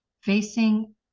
facing